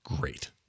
great